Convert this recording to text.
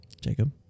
Jacob